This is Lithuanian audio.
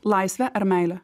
laisvė ar meilė